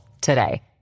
today